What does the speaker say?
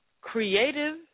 Creative